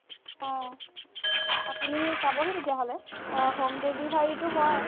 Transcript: অঁ আপুনি চাবহি তেতিয়াহ'লে অঁ হোম ডেলিভাৰীটো হয়